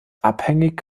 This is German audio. abhängig